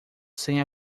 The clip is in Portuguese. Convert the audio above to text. sem